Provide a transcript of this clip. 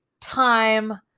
time